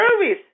service